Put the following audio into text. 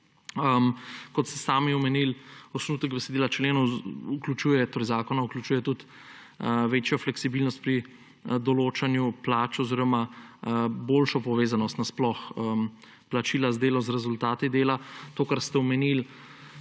Kot ste sami omenili, osnutek besedila členov zakona vključuje tudi večjo fleksibilnost pri določanju plač oziroma nasploh boljšo povezanost plačila dela z rezultati dela. To, kar ste omenili,